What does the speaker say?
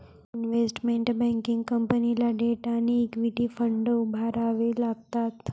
investment banking कंपनीला debt आणि equity fund उभारावे लागतात